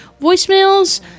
voicemails